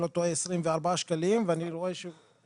ולא פחות משכר המינימום לפי חוק שכר מינימום